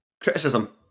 criticism